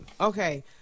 Okay